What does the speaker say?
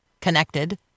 connected